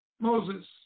Moses